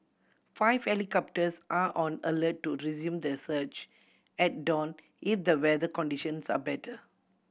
five helicopters are on alert to resume the search at dawn if the weather conditions are better